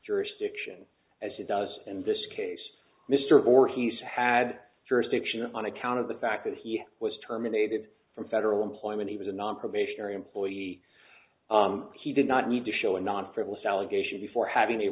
jurisdiction as it does in this case mr gore he's had jurisdiction on account of the fact that he was terminated from federal employment he was a non provisional employee he did not need to show a non frivolous allegation before having the